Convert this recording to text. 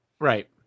Right